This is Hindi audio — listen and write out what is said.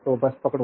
तो बस पकड़ो